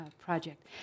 project